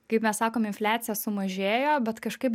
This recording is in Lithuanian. kaip mes sakom infliacija sumažėjo bet kažkaip